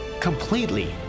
completely